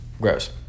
gross